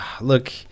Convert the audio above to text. look